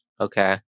Okay